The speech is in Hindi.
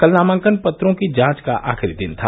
कल नामांकन पत्रों की जांच का आखिरी दिन था